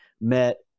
met